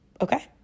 okay